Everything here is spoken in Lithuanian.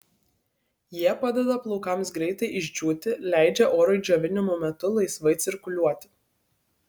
jie padeda plaukams greitai išdžiūti leidžia orui džiovinimo metu laisvai cirkuliuoti